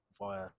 via